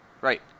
Right